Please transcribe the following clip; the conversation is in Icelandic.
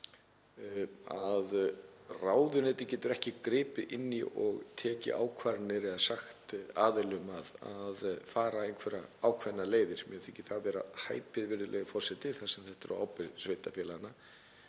að ráðuneytið getur ekki gripið inn í og tekið ákvarðanir eða sagt aðilum að fara einhverjar ákveðnar leiðir. Mér þykir það vera hæpið, virðulegi forseti, þar sem þetta er á ábyrgð sveitarfélaganna.